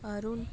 Arun